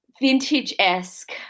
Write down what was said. vintage-esque